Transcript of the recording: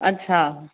अच्छा